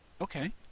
Okay